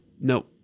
No